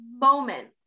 moment